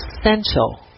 essential